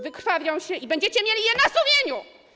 Wykrwawią się i będziecie mieli je na sumieniu.